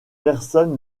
personne